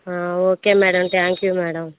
okay madam thank you madam